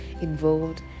involved